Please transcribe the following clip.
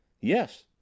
Yes